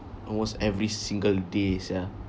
almost every single day sia